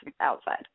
outside